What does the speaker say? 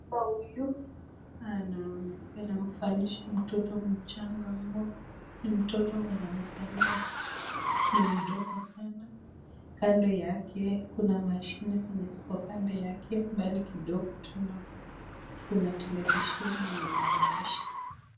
Mama huyu anaonekana anamvalisha mtoto mchanga nguo, ni mtoto mwenye amezaliwa tu , ni mdogo sana kando yake kuna mashine zenye ziko kando yake, mbali kidogo tunaona kuna televisheni yenye inaonyesha.